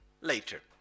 later